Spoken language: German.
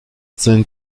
sein